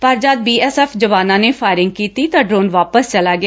ਪਰ ਜੱਦ ਬੀਐਸਐਫ ਜਵਾਨਾਂ ਨੇ ਫਾਇਰਿੰਗ ਕੀਤੀ ਤਾਂ ਡਰੋਨ ਵਾਪਸ ਚਲਾ ਗਿਆ